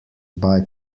buy